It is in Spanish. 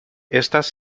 estas